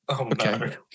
Okay